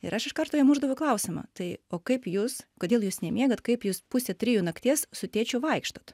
ir aš iš karto jam uždaviau klausimą tai o kaip jūs kodėl jūs nemiegat kaip jūs pusę trijų nakties su tėčiu vaikštot